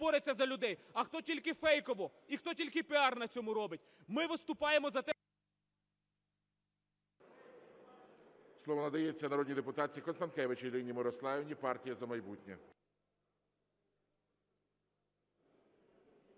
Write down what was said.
Слово надається народній депутатці Констанкевич Ірині Мирославівні, "Партія "За майбутнє".